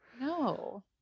No